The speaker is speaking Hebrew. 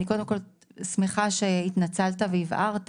אני שמחה שהתנצלת והבהרת